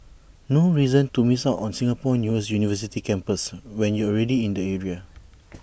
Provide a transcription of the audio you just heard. no reason to miss out on Singapore's newest university campus when you're already in the area